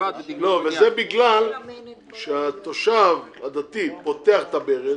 זה בגלל שהתושב הדתי פותח את הברז